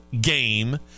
game